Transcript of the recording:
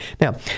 Now